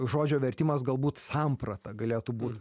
žodžio vertimas galbūt samprata galėtų būt